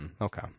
okay